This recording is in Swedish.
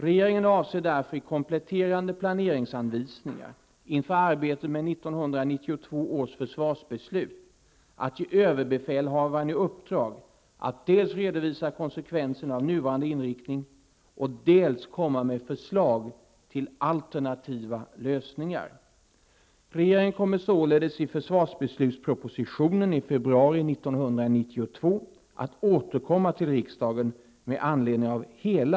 Regeringen avser därför att i kompletterande planeringsanvisnignar, inför arbetet med 1992 års försvarsbeslut, ge överbefälhavaren i uppdrag att dels redovisa konsekvenerna av nuvarande inriktning, dels komma med förslag till alternativa lösningar. Regeringen kommer således i försvarsbeslutspropositionen i februari 1992 att återkomma till riksdagen med anledning av hela